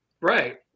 Right